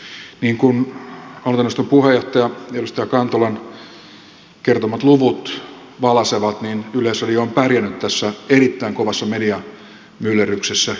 niin kuin hallintoneuvoston puheenjohtaja edustaja kantolan kertomat luvut valaisevat yleisradio on pärjännyt tässä erittäin kovassa mediamyllerryksessä hyvin